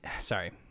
Sorry